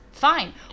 fine